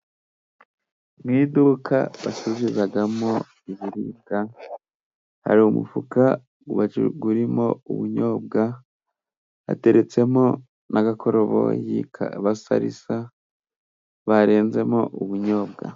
Mu iduka bacururibizamo ibiribwa, hari umufuka urimo ubunyobwa, hateretsemo n'agakoroboyi ka sarisa, barenzemo ubunyobwa.